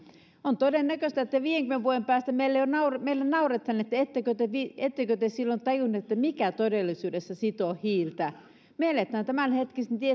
on todennäköistä että viidenkymmenen vuoden päästä meille nauretaan että ettekö te silloin tajunneet mikä todellisuudessa sitoo hiiltä me elämme tämänhetkisen